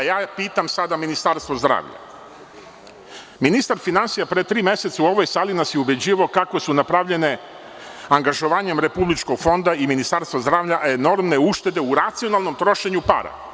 A ja sada pitam Ministarstvo zdravlja – ministar finansija pre tri meseca u ovoj sali nas je ubeđivao kako su napravljene angažovanjem Republičkog fonda i Ministarstva zdravlja enormne uštede u racionalnom trošenju para.